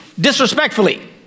disrespectfully